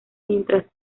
mientras